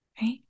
right